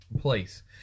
place